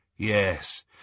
Yes